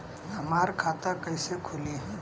हमार खाता कईसे खुली?